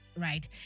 Right